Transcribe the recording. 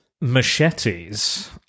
machetes